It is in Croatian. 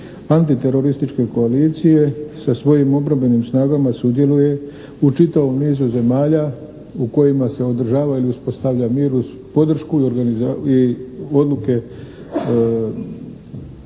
antiterorističke koalicije sa svojim obrambenim snagama sudjeluje u čitavom nizu zemalja u kojima se održava ili uspostavlja mir uz podršku i odluke